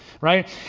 right